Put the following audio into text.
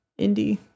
indie